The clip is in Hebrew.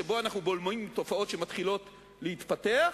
שבו אנחנו בולמים תופעות שמתחילות להתפתח,